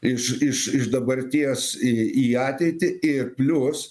iš iš iš dabarties į į ateitį ir plius